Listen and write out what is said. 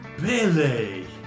Billy